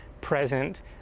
present